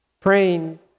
praying